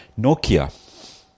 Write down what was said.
Nokia